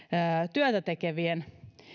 työtätekevien